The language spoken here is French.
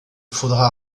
faudra